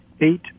eight